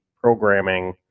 programming